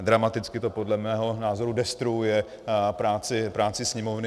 Dramaticky to podle mého názoru destruuje práci Sněmovny.